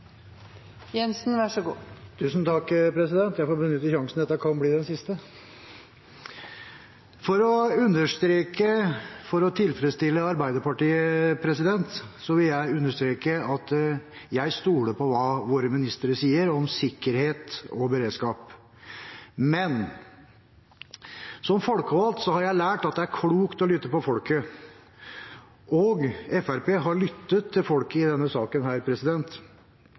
Jeg får benytte sjansen, dette kan bli den siste. For å tilfredsstille Arbeiderpartiet vil jeg understreke at jeg stoler på det som våre ministre sier om sikkerhet og beredskap. Men som folkevalgt har jeg lært at det er klokt å lytte til folket, og Fremskrittspartiet har lyttet til folket i denne saken.